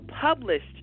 published